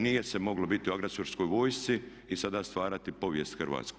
Nije se moglo biti u agresorskoj vojsci i sada stvarati povijest hrvatsku.